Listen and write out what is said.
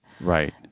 Right